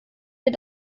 wir